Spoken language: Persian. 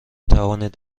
توانید